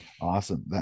Awesome